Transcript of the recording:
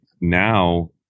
now